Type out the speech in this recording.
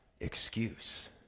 excuse